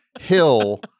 hill